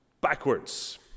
backwards